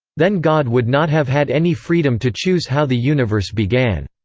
then god would not have had any freedom to choose how the universe began.